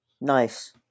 Nice